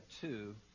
two